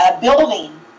building